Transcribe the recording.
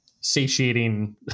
satiating